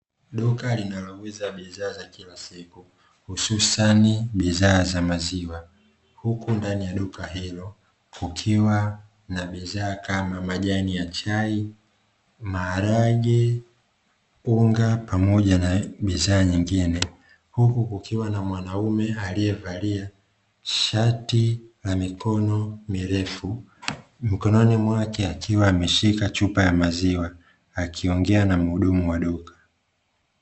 Duka linalouza bidhaa za kila siku, hususani bidhaa za maziwa. Huku ndani ya duka hilo kukiwa na bidhaa kama vile; majani ya chai, maharage, unga pamoja na bidhaa nyingine. Huku kukiwa na mwanaume aliyevalia shati la mikono mirefu, mkononi mwake akiwa ameshika chupa ya maziwa, akiongea na muhudumu wa duka.